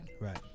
right